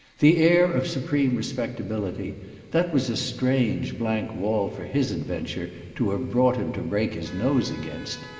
the air of supreme respectability that was a strange blank wall for his adventure to have brought him to break his nose against.